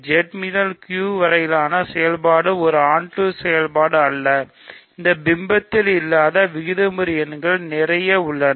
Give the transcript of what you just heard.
Z முதல் Q வரையிலான செயல்பாடு ஒரு onto செயல்பாடு அல்ல இந்த பிம்பத்தின் இல்லாத விகிதமுறு எண்கள் நிறைய உள்ளன